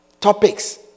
topics